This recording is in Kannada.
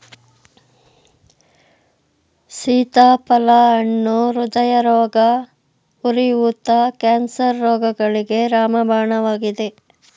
ಸೀತಾಫಲ ಹಣ್ಣು ಹೃದಯರೋಗ, ಉರಿ ಊತ, ಕ್ಯಾನ್ಸರ್ ರೋಗಗಳಿಗೆ ರಾಮಬಾಣವಾಗಿದೆ